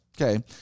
Okay